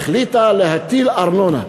החליטה להטיל ארנונה.